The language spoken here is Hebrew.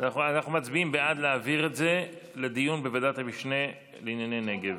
אנחנו מצביעים בעד להעביר את זה לדיון בוועדת המשנה לענייני נגב.